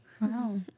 Wow